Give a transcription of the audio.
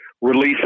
release